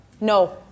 No